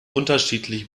unterschiedlich